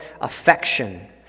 affection